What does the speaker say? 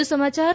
વધુ સમાચાર